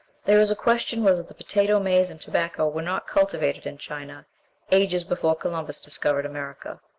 there is a question whether the potato, maize, and tobacco were not cultivated in china ages before columbus discovered america.